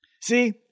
See